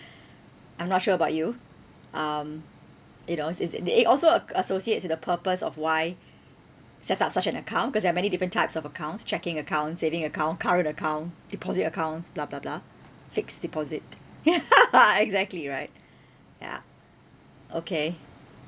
I'm not sure about you um it als~ is it it also uh associates with the purpose of why set up such an account because there are many different types of accounts checking account saving account current account deposit accounts blah blah blah fixed deposit ya exactly right ya okay